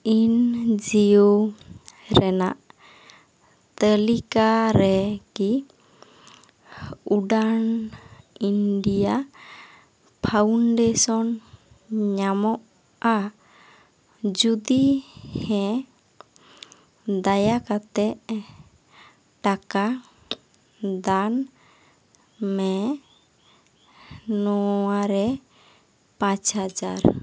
ᱮᱱ ᱡᱤ ᱳ ᱨᱮᱱᱟᱜ ᱛᱟᱹᱞᱤᱠᱟᱨᱮ ᱠᱤ ᱩᱰᱟᱱ ᱤᱱᱰᱤᱭᱟ ᱯᱷᱟᱣᱩᱱᱰᱮᱥᱚᱱ ᱧᱟᱢᱚᱜᱼᱟ ᱡᱩᱫᱤ ᱦᱮᱸ ᱫᱟᱭᱟ ᱠᱟᱛᱮᱫ ᱴᱟᱠᱟ ᱫᱟᱱ ᱢᱮ ᱱᱚᱣᱟᱨᱮ ᱯᱟᱸᱪ ᱦᱟᱡᱟᱨ